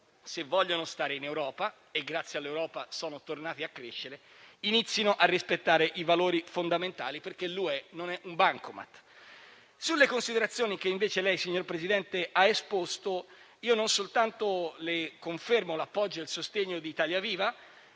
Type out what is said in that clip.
se vogliono stare in Europa, grazie alla quale sono tornati a crescere, inizino a rispettare i valori fondamentali perché l'Unione europea non è un bancomat. Sulle considerazioni che invece lei, signor Presidente, ha esposto, non soltanto le confermo l'appoggio e il sostegno di Italia Viva,